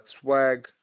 swag